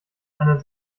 einer